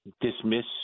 dismiss